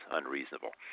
unreasonable